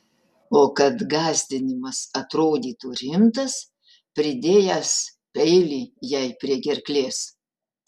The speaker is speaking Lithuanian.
o kad gąsdinimas atrodytų rimtas pridėjęs peilį jai prie gerklės